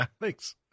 thanks